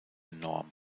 norm